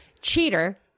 cheater